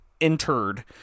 entered